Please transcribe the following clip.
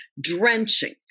drenching